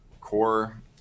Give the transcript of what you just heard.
core